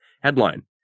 Headline